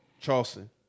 Charleston